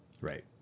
right